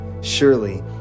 Surely